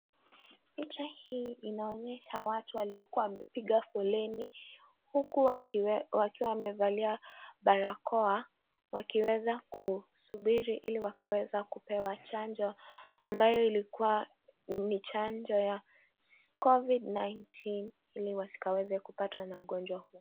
Picha hii inaonyesha watu waliokuwa wamepiga foleni uku wakiwa wamevalia barakoa wakiweza kusubiri ili wakaweza kupewa chanjo ambayo ilikuwa ni chanjo ya covid 19 ili wasikaweze kupatwa na ugonjwa huwo